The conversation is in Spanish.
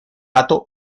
gato